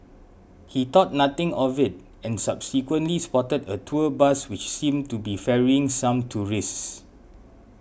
he thought nothing of it and subsequently spotted a tour bus which seemed to be ferrying some tourists